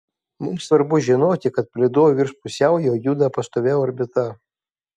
mums svarbu žinoti kad palydovai virš pusiaujo juda pastovia orbita